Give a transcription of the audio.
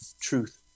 truth